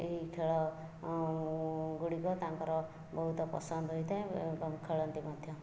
ଏହି ଖେଳ ଗୁଡ଼ିକ ତାଙ୍କର ବହୁତ ପସନ୍ଦ ହୋଇଥାଏ ଏ ଏବଂ ଖେଳନ୍ତି ମଧ୍ୟ